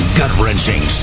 gut-wrenching